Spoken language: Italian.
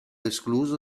escluso